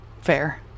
fair